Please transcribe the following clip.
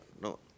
no